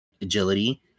agility